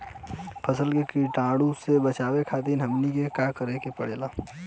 फसल के कीटाणु से बचावे खातिर हमनी के का करे के पड़ेला?